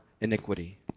iniquity